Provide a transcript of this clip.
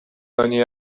ogni